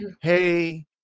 Hey